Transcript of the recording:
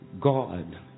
God